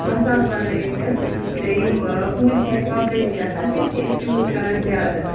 مَسالہٕ بَنٲومٕتۍ یِم کُلۍ چھِ اسہِ وۄپدٲمٕتۍ آسان تِم چھِ أسۍ یوٗز کران زیادٕ